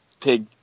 pig